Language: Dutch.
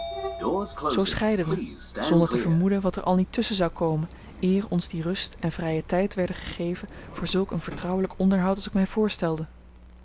zoo scheidden wij zonder te vermoeden wat er al niet tusschen zou komen eer ons die rust en vrije tijd werden gegeven voor zulk een vertrouwelijk onderhoud als ik mij voorstelde